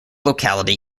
locality